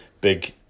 big